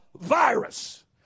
virus